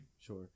Sure